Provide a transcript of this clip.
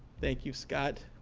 thank you, scott.